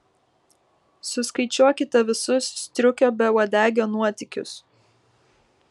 suskaičiuokite visus striukio beuodegio nuotykius